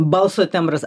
balso tembras